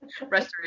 restoration